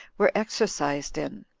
were exercised in.